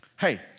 Hey